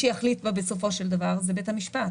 מי שיחליט בה בסופו של דבר זה בית המשפט.